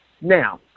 Now